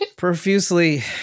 Profusely